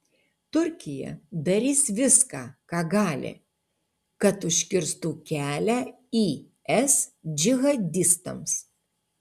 turkija darys viską ką gali kad užkirstų kelią is džihadistams